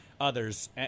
others